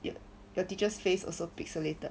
yo~ your teachers face also pixelated